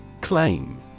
Claim